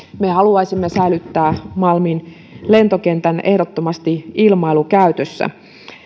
me haluaisimme säilyttää malmin lentokentän ehdottomasti ilmailukäytössä